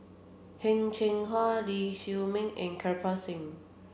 Heng Cheng Hwa Lee Chiaw Meng and Kirpal Singh